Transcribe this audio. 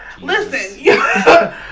listen